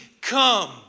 come